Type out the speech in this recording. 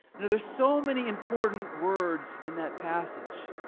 now there's so many important words in that passage.